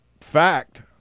fact